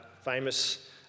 famous